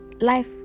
life